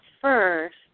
first